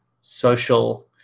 social